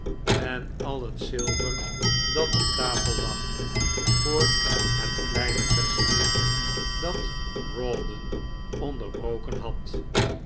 en al het zilver dat op tafel lag voor het kleine festin dat rawdon onderbroken had